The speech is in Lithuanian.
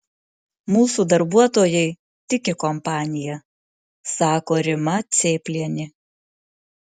mūsų darbuotojai tiki kompanija sako rima cėplienė